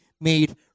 made